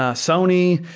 ah sony,